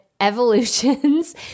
Evolutions